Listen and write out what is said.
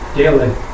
daily